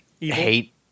hate